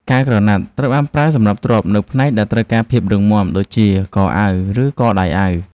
កាវក្រណាត់ ត្រូវបានប្រើសម្រាប់ទ្រាប់នៅផ្នែកដែលត្រូវការភាពរឹងមាំដូចជា កអាវ ឬកដៃអាវ។